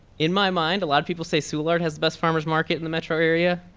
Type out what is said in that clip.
in my mind a lot of people say soulard has the best farmer's market in the metro area,